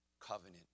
covenant